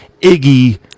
Iggy